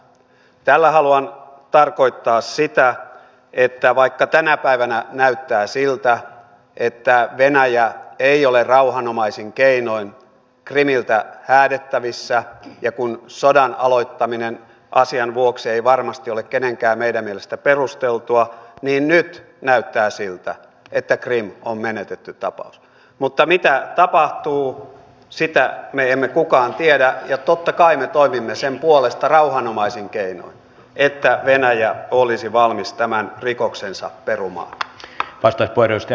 tällä haluan tarkoittaa sitä että vaikka tänä päivänä näyttää siltä että venäjä ei ole rauhanomaisin keinoin krimiltä häädettävissä sodan aloittaminen asian vuoksi ei varmasti ole kenenkään meidän mielestä perusteltua ja nyt näyttää siltä että krim on menetetty tapaus niin mitä tapahtuu sitä me emme kukaan tiedä ja totta kai me toimimme sen puolesta rauhanomaisin keinoin että venäjä olisi valmis tämän rikoksensa perumaan